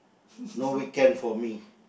no weekend for me